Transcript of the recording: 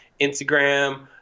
instagram